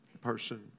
person